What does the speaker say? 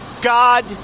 God